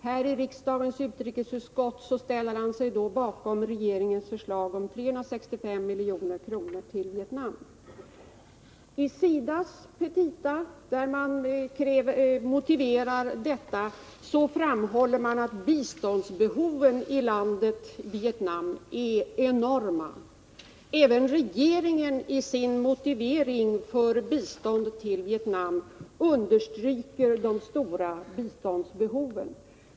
Här i riksdagens utrikesutskott ställer han sig bakom regeringens förslag om 365 milj.kr. till Vietnam. När man i SIDA:s petita motiverar sina krav, framhåller man att biståndsbehoven i Vietnam är enorma. Även regeringen understryker i sin motivering för bistånd till Vietnam de stora biståndsbehoven.